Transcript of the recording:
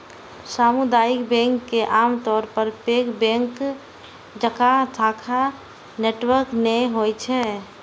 सामुदायिक बैंक के आमतौर पर पैघ बैंक जकां शाखा नेटवर्क नै होइ छै